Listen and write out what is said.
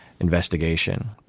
investigation